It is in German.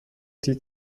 die